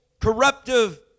corruptive